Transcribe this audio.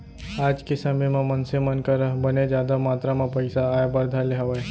आज के समे म मनसे मन करा बने जादा मातरा म पइसा आय बर धर ले हावय